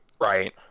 Right